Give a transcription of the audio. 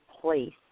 place